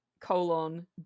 colon